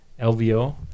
LVO